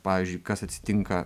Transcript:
pavyzdžiui kas atsitinka